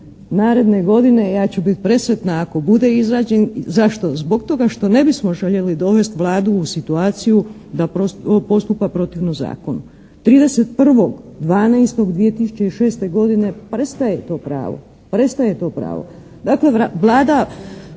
naredne godine. Ja ću biti presretna ako bude izrađen. Zašto? Zbog toga što ne bismo željeli dovesti Vladu u situaciju da postupa protivno zakonu. 31.12.2006. godine prestaje to pravo.